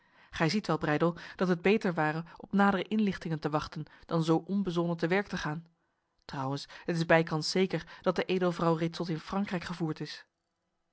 gij ziet wel breydel dat het beter ware op nadere inlichtingen te wachten dan zo onbezonnen te werk te gaan trouwens het is bijkans zeker dat de edelvrouw reeds tot in frankrijk gevoerd is